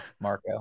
Marco